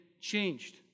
changed